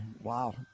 wow